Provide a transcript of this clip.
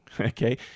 Okay